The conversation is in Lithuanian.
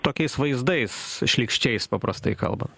tokiais vaizdais šlykščiais paprastai kalbant